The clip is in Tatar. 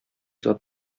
зат